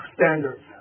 standards